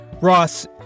ross